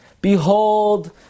Behold